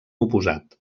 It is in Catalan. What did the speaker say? oposat